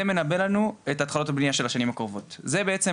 זה מנבא לנו את התחלות הבניה של השנים הקרובות וזה בעצם